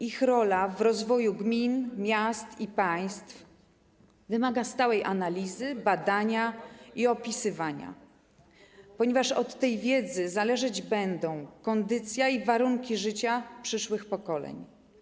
Ich rola w rozwoju gmin, miast i państw wymaga stałej analizy, badania i opisywania, ponieważ od tej wiedzy zależeć będą kondycja i warunki życia przyszłych pokoleń.